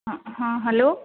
ହଁ ହଁ ହ୍ୟାଲୋ